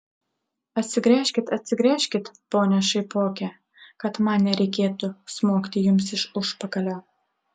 atsigręžkit atsigręžkit pone šaipoke kad man nereikėtų smogti jums iš užpakalio